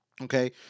Okay